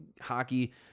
hockey